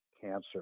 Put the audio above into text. cancer